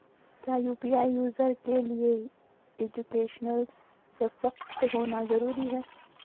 क्या UPI user के लिए एजुकेशनल सशक्त होना जरूरी है?